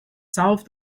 solved